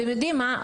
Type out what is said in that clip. אתם יודעים מה,